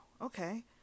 okay